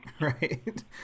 Right